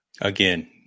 again